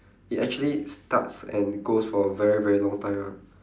it actually starts and goes for a very very long time ah